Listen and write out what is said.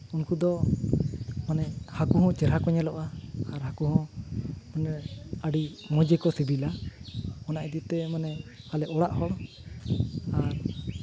ᱩᱱᱠᱩ ᱫᱚ ᱢᱟᱱᱮ ᱦᱟᱹᱠᱩ ᱦᱚᱸ ᱪᱮᱦᱨᱟ ᱠᱚ ᱧᱮᱞᱚᱜᱼᱟ ᱟᱨ ᱦᱟᱹᱠᱩ ᱦᱚᱸ ᱢᱟᱱᱮ ᱟᱹᱰᱤ ᱢᱚᱡᱽ ᱜᱮᱠᱚ ᱥᱤᱵᱤᱞᱟ ᱚᱱᱟ ᱤᱫᱤᱛᱮ ᱢᱟᱱᱮ ᱟᱞᱮ ᱚᱲᱟᱜ ᱦᱚᱲ ᱟᱨ